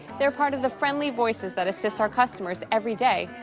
they're part of the friendly voices that assist our customers every day.